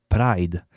Pride